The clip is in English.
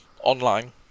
online